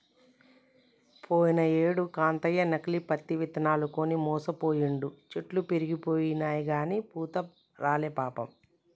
పోయినేడు కాంతయ్య నకిలీ పత్తి ఇత్తనాలు కొని మోసపోయిండు, చెట్లు పెరిగినయిగని పూత రాలే పాపం